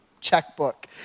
checkbook